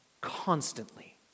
constantly